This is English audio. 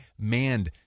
manned